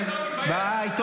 הבוס שלך דיבר על